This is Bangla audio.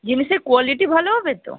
জিনিসের কোয়ালিটি ভালো হবে তো